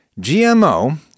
GMO